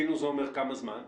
כמה זמן המתינו?